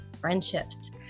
friendships